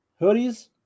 Hoodies